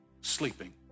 sleeping